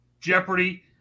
Jeopardy